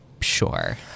Sure